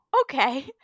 okay